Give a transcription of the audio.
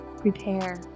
prepare